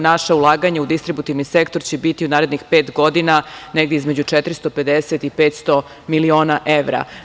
Naš ulaganja u distributivni sektor će biti u narednih pet godina negde između 450 – 500 miliona evra.